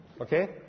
Okay